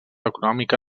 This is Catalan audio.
econòmica